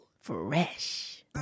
Fresh